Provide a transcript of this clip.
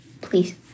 please